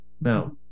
Now